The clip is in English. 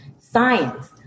science